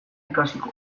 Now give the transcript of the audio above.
ikasiko